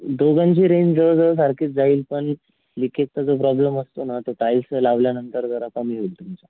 दोघांची रेंज जवळजवळ सारखीच जाईल पण लिकेजचा जो प्रॉब्लेम असतो ना तो टाईल्सं लावल्यानंतर जरा कमी होईल तुमचा